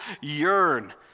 yearn